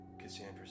Cassandra